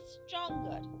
stronger